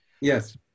Yes